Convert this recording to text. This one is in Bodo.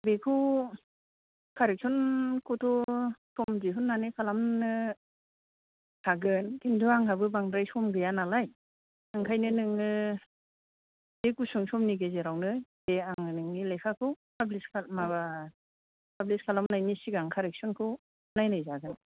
बेखौ कारेक्सन खौथ' सम दिहुननानै खालामनो हागोन खेन्थु आंनाबो बांद्राय सम गैया नालाय ओंखायनो नोङो बे गुसुं समनि गेजेरावनो बे आं नोंनि लेखाखौ पाब्लिस माबा पाब्लिस खालामनायनि सिगां कारेक्सनखौ नायनायजागोन